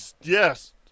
Yes